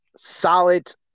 Solid